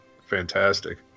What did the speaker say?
fantastic